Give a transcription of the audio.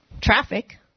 traffic